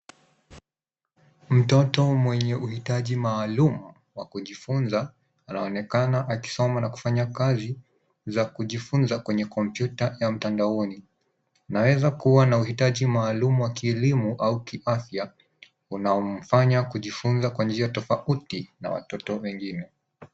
Mtoto mwenye uhitaji maalumu wa kujifunza. Anaonekana akisoma na kufanya kazi za kujifunza kwenye kompyuta ya mtandaoni. Naweza kuwa na uhitaji maalumu wa kilimo au kiafya unayomfanya kujifunza kwa njia tofauti na watoto wengine.